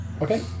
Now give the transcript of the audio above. okay